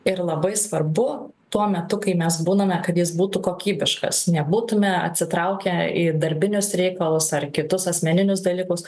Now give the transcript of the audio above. ir labai svarbu tuo metu kai mes būname kad jis būtų kokybiškas nebūtume atsitraukę į darbinius reikalus ar kitus asmeninius dalykus